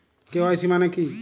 KYC মানে কী?